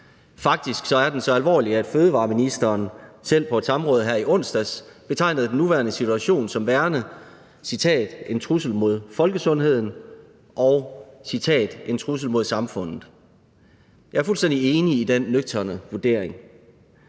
Faktisk er den så alvorlig, at fødevareministeren selv på et samråd her i onsdags betegnede den nuværende situation som værende en trussel mod folkesundheden og en »trussel mod samfundet som helhed«. Jeg er fuldstændig enig i den nøgterne vurdering,